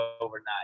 overnight